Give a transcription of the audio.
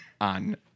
on